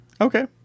Okay